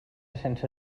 sense